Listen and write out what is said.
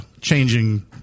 changing